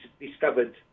discovered